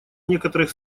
некоторых